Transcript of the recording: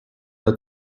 that